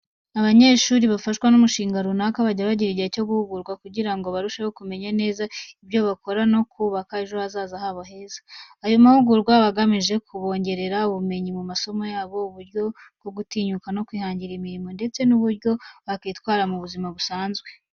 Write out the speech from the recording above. Abanyeshuri bafashwa n'umushinga runaka bajya bagira igihe cyo guhugurwa kugira ngo barusheho kumenya neza ibyo bakora no kubaka ejo hazaza habo heza. Ayo mahugurwa aba agamije kubongerera ubumenyi mu masomo yabo, uburyo bwo gutinyuka no kwihangira imirimo, ndetse n'uburyo bakitwara mu buzima busanzwe.